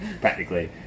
Practically